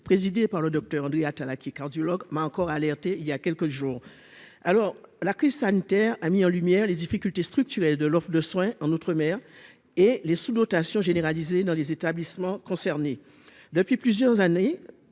présidé par le Docteur André Atallah, qui est cardiologue m'encore alerté il y a quelques jours, alors la crise sanitaire, a mis en lumière les difficultés structurelles de l'offre de soins en outre-mer et les sous-dotation généralisée dans les établissements concernés depuis plusieurs années,